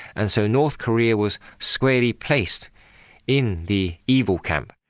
and so north korea was squarely placed in the evil camp.